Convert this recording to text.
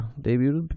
debuted